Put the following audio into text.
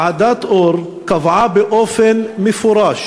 ועדת אור קבעה באופן מפורש